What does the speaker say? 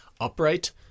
upright